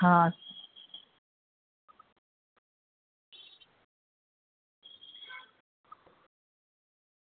હ